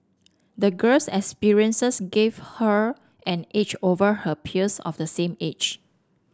the girl's experiences gave her an edge over her peers of the same age